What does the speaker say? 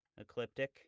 ecliptic